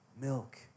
milk